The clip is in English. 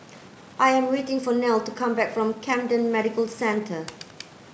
I am waiting for Nelle to come back from Camden Medical Centre